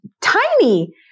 tiny